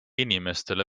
inimestele